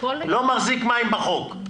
לא מחזיק מים בחוק.